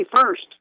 first